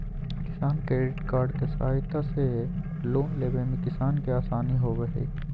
किसान credit card के सहायता से लोन लेवय मे किसान के आसानी होबय हय